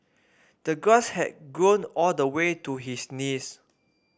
the grass had grown all the way to his knees